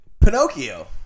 Pinocchio